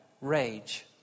rage